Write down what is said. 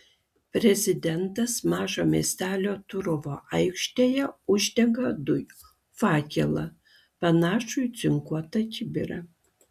prezidentas mažo miestelio turovo aikštėje uždega dujų fakelą panašų į cinkuotą kibirą